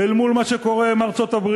אל מול מה שקורה עם ארצות-הברית,